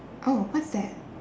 oh what's that